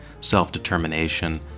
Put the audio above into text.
self-determination